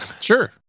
Sure